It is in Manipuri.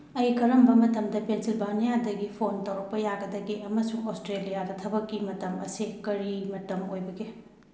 ꯑꯩ ꯀꯔꯝꯕ ꯃꯇꯝꯗ ꯄꯦꯟꯁꯤꯜꯚꯥꯅꯤꯌꯥꯗꯒꯤ ꯐꯣꯟ ꯇꯧꯔꯛꯄ ꯌꯥꯒꯗꯒꯦ ꯑꯃꯁꯨꯡ ꯑꯣꯁꯇ꯭ꯔꯦꯂꯤꯌꯥꯗ ꯊꯕꯛꯀꯤ ꯃꯇꯝ ꯑꯁꯤ ꯀꯔꯤ ꯃꯇꯝ ꯑꯣꯏꯕꯒꯦ